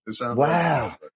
Wow